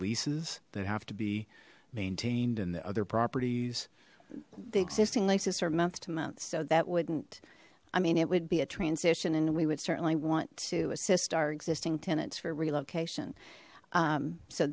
leases that have to be maintained and the other properties the existing leases are a month to month so that wouldn't i mean it would be a transition and we would certainly want to assist our existing tenants for relocation